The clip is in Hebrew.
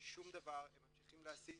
שום דבר, הם ממשיכים להסית